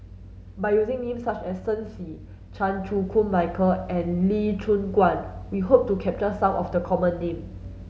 by using names such as Shen Xi Chan Chew Koon Michael and Lee Choon Guan we hope to capture some of the common names